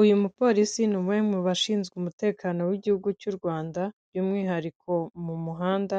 Uyu mupolisi ni umwe mu bashinzwe umutekano w'igihugu cy'u Rwanda by'umwihariko mu muhanda,